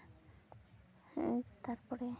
ᱦᱮᱸ ᱛᱟᱨᱯᱚᱨᱮ